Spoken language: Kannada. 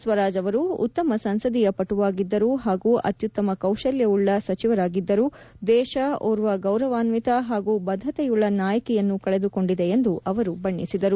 ಸ್ವರಾಜ್ ಅವರು ಉತ್ತಮ ಸಂಸದೀಯ ಪಟುವಾಗಿದ್ದರು ಹಾಗೂ ಅತ್ಯುತ್ತಮ ಕೌತಲ್ಯಉಳ್ಳ ಸಚಿವರಾಗಿದ್ದರು ದೇಶ ಓರ್ವ ಗೌರವಾನ್ವಿತ ಹಾಗೂ ಬದ್ದತೆಯುಳ್ಳ ನಾಯಕಿಯನ್ನನು ಕಳೆದುಕೊಂಡಿದೆ ಎಂದು ಅವರು ಬಣ್ಣಿಸಿದರು